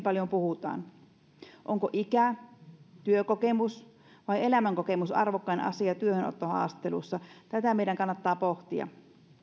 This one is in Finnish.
paljon puhutaan onko ikä työkokemus vai elämänkokemus arvokkain asia työhönottohaastattelussa tätä meidän kannattaa pohtia